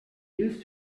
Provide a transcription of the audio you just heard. used